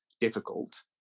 difficult